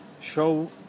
show